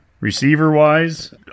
Receiver-wise